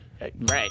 Right